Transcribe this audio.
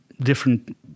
different